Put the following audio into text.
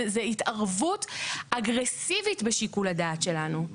זה התערבות אגרסיבית בשיקול הדעת שלנו.